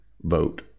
vote